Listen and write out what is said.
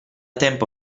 tempo